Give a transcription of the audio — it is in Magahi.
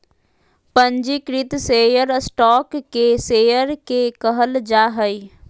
पंजीकृत शेयर स्टॉक के शेयर के कहल जा हइ